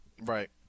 Right